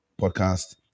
podcast